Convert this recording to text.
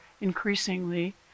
increasingly